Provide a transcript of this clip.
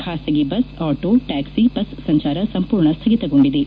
ಖಾಸಗಿ bus auto taxi bus ಸಂಚಾರ ಸಂಪೂರ್ಣ ಸ್ವಗಿತಗೊಂಡಿವೆ